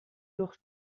durch